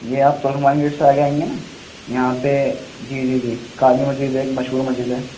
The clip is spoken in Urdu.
یہ آپ ترکمان گیٹ سے آگے آئیں گے نا یہاں پہ جی جی جی کالی مسجد ایک مشہور مسجد ہے